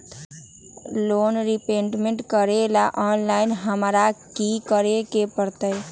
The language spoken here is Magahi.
लोन रिपेमेंट करेला ऑनलाइन हमरा की करे के परतई?